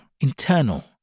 internal